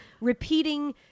repeating